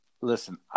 listen